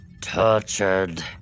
tortured